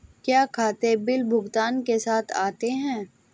क्या खाते बिल भुगतान के साथ आते हैं?